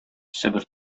себер